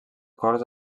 corts